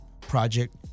project